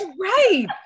Right